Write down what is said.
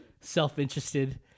self-interested